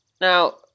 Now